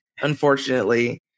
unfortunately